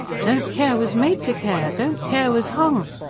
don't-care was made to care, don't-care was hung!